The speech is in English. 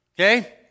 Okay